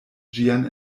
ĝian